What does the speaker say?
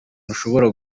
ntushobora